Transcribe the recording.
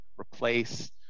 replace